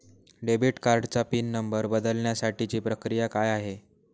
Debit कार्डचा PIN number बदलण्यासाठीची प्रक्रिया काय आहे?